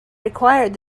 required